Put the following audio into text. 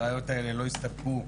הראיות האלה לא הסתפקו.